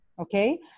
Okay